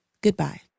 Goodbye